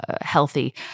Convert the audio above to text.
healthy